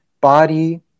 body